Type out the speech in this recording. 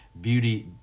beauty